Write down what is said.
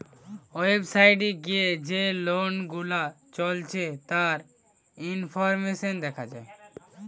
website এ গিয়ে যে লোন গুলা চলছে তার ইনফরমেশন দেখা যায়